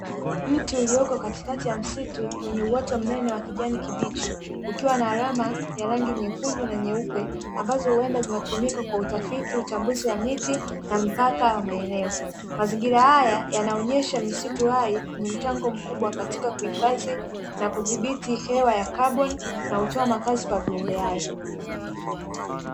Mti uliyeota katikati ya msitu wenye uoto mnene wa kijani kibichi, ukiwa na alama ya rangi nyekundu na nyeupe, ambazo huenda zinatumika kwa utafiti, uchambuzi wa miti na mpaka wa maeneo. Mazingira haya yanaonyesha misitu hai yenywe mchango mkubwa, katika kuhifadhi na kudhibiti hewa ya kaboni na hutoa makazi kwa viumbe hai.